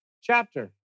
chapter